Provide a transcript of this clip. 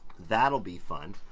that'll be fun,